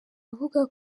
avuga